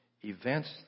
events